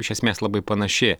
iš esmės labai panaši